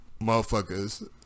motherfuckers